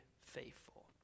faithful